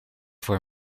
voor